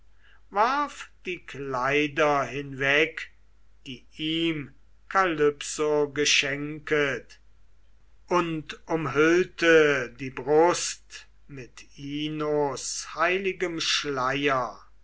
die kleider hinweg die ihm kalypso geschenket und umhüllte die brust mit inos heiligem schleier